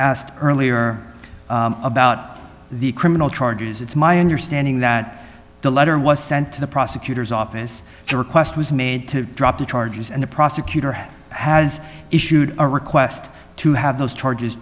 asked earlier about the criminal charges it's my understanding that the letter was sent to the prosecutor's office the request was made to drop the charges and the prosecutor has issued a request to have those charges